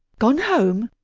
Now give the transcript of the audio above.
gone home?